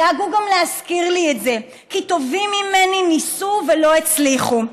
דאגו גם להזכיר לי שטובים ממני ניסו ולא הצליחו.